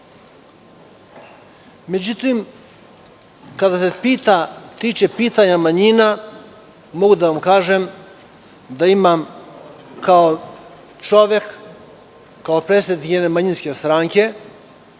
zađemo. Što se tiče pitanja manjina, mogu da vam kažem da imam, kao čovek, kao predsednik jedne manjinske stranke,